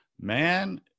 man